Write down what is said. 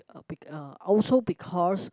uh be uh also because